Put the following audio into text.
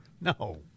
No